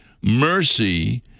Mercy